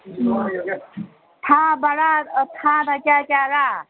ꯊꯥ ꯚꯔꯥ ꯊꯥꯗ ꯀꯌꯥ ꯀꯌꯥꯔ